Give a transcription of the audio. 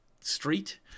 street